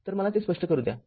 तर मला ते स्पष्ट करू द्या